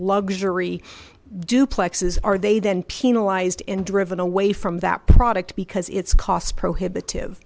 luxury duplexes are they then penalized and driven away from that product because it's cost prohibitive